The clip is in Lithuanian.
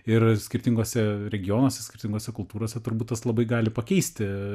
ir skirtinguose regionuose skirtingose kultūrose turbūt tas labai gali pakeisti